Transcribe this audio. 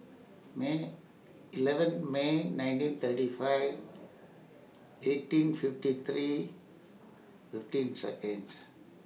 May eleven May nineteen thirty five eighteen fifty three fifteen Seconds